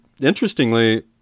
interestingly